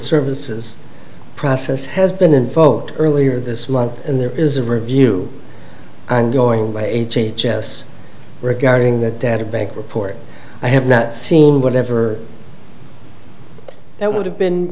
services process has been invoked earlier this month and there is a review i'm going to h h s regarding the data bank report i have not seen whatever that would have been